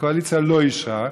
והקואליציה לא אישרה,